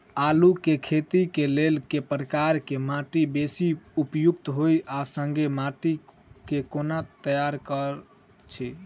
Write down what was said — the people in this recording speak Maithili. आलु केँ खेती केँ लेल केँ प्रकार केँ माटि बेसी उपयुक्त होइत आ संगे माटि केँ कोना तैयार करऽ छी?